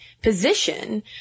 position